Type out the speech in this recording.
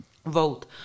vote